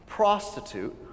prostitute